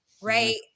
right